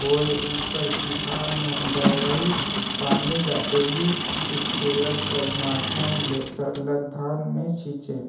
होए उपर किसान मन दवई पानी ल एही इस्पेयर कर माध्यम ले सरलग धान मे छीचे